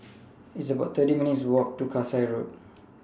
It's about thirty eight minutes' Walk to Kasai Road